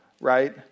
right